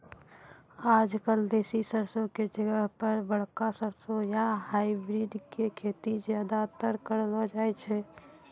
आजकल देसी सरसों के जगह पर बड़का सरसों या हाइब्रिड के खेती ज्यादातर करलो जाय छै